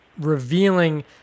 revealing